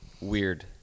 weird